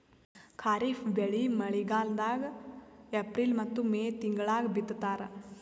ಖಾರಿಫ್ ಬೆಳಿ ಮಳಿಗಾಲದಾಗ ಏಪ್ರಿಲ್ ಮತ್ತು ಮೇ ತಿಂಗಳಾಗ ಬಿತ್ತತಾರ